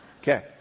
Okay